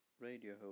radio